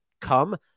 come